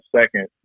second